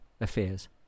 affairs